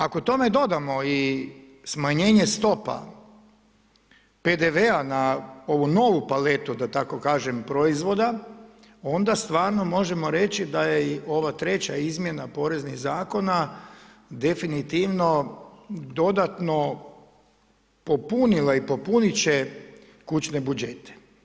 Ako tome dodamo i smanjenje stopa PDV-a na ovu novu paletu, da tako kažem proizvoda, onda stvarno možemo reći, da je i ova treća izmjena poreznih zakona, definitivno dodatno popunila i popuniti će kućne budžete.